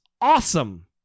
awesome